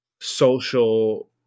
social –